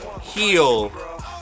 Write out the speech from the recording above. Heal